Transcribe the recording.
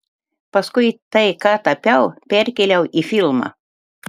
paskui tai ką tapiau perkėliau į filmą